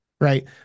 right